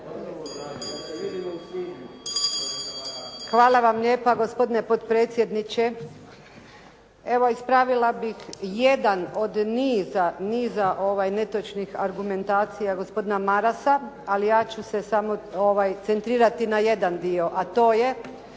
Hvala lijepa. Gospodine potpredsjedniče. Evo, ispravila bih jedan od niza netočnih argumentacija gospodina Marasa, ali ja ću se samo centrirati na jedan dio a to je